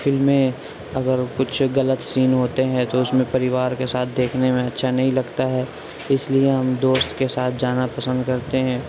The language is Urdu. فلمیں اگر کچھ غلط سین ہوتے ہیں تواس میں پریوار کے ساتھ دیکھنے میں اچھا نہیں لگتا ہے اس لیے ہم دوست کے ساتھ جانا پسند کرتے ہیں